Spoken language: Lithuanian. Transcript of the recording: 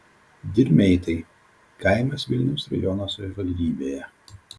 dirmeitai kaimas vilniaus rajono savivaldybėje